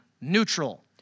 neutral